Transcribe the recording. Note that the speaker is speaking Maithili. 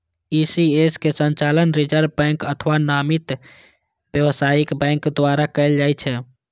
ई.सी.एस के संचालन रिजर्व बैंक अथवा नामित व्यावसायिक बैंक द्वारा कैल जाइ छै